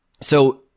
So-